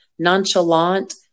nonchalant